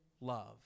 love